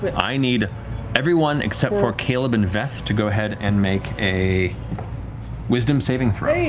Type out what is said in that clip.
but i need everyone except for caleb and veth to go ahead and make a wisdom saving throw.